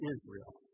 Israel